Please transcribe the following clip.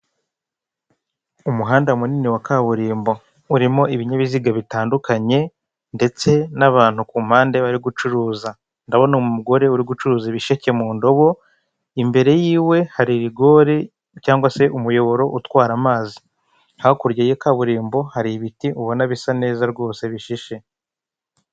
Ikoranabuhanga ni ryiza ryakemuye byinshi ndetse ryatugejeje kuri byinshi mu iterambere, icyo ushatse gukora cyose iyo ugikoze oniliyini cyangwa se ukagikorera kuri mudasobwa uba wizeye ko byanga bikunda kizageraho kigomba kugaragara kandi kikagaragarira ku gihe kigasubizwa neza.